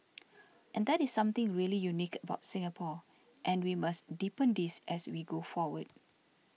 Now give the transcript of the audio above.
and that is something really unique about Singapore and we must deepen this as we go forward